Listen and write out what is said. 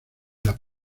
las